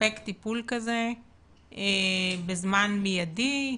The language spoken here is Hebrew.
לספק טיפול כזה בזמן מיידי,